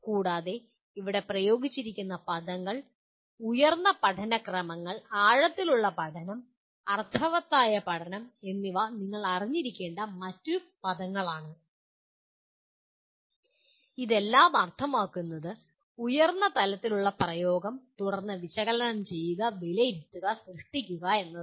കൂടാതെ ഇവിടെ ഉപയോഗിച്ചിരിക്കുന്ന പദങ്ങൾ ഉയർന്ന പഠന ക്രമങ്ങൾ ആഴത്തിലുള്ള പഠനം അർത്ഥവത്തായ പഠനം എന്നിവ നിങ്ങൾ അറിഞ്ഞിരിക്കേണ്ട മറ്റൊരു പദങ്ങളാണ് ഇതെല്ലാം അർത്ഥമാക്കുന്നത് ഉയർന്ന തലത്തിലുള്ള പ്രയോഗം തുടർന്ന് വിശകലനം ചെയ്യുക വിലയിരുത്തുക സൃഷ്ടിക്കുക എന്നതാണ്